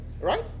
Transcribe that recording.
Right